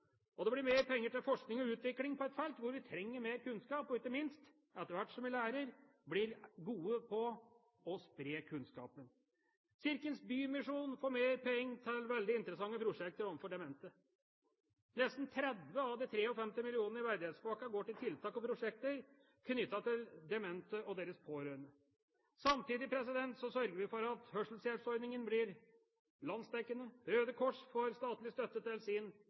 omsorgssektoren. Det blir mer penger til forskning og utvikling på et felt hvor vi trenger mer kunnskap, og ikke minst, etter hvert som vi lærer, blir gode på å spre kunnskapen. Kirkens Bymisjon får mer penger til veldig interessante prosjekter overfor demente. Nesten 30 av de 53 millionene i verdighetspakken går til tiltak og prosjekter knyttet til demente og deres pårørende. Samtidig sørger vi for at hørselshjelpsordningen blir landsdekkende. Røde Kors får mer statlig støtte til sin